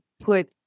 put